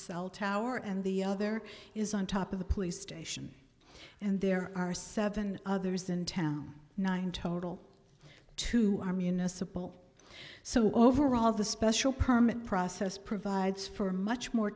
cell tower and the other is on top of the police station and there are seven others in town nine total two are municipal so overall the special permit process provides for much more